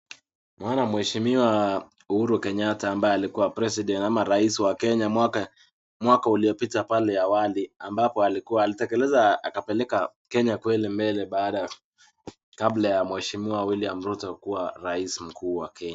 Naona mheshima Uhuru Kenyatta ambaye alikuwa predsident ama rais wa Kenya mwaka uliopita pale awali ambapo alikuwa, alitekeleza akapeleka Kenya kweli mbele kabla ya mheshima William Ruto kuwa rais mkuu wa Kenya.